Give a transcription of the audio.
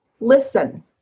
listen